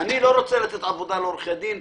אני לא רוצה לתת עבודה לעורכי דין.